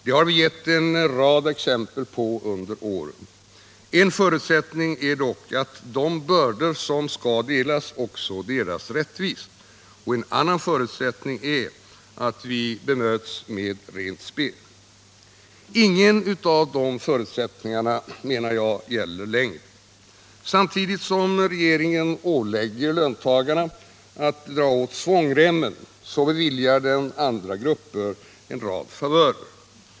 Det har vi gett en rad exempel på under åren. En förutsättning är dock att de bördor som skall delas också delas rättvist. En annan förutsättning är att vi bemöts med rent spel. Ingen av de förutsättningarna, menar jag, gäller längre. Samtidigt som regeringen ålägger löntagarna att dra åt svångremmen beviljar den andra grupper en rad favörer.